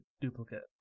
duplicate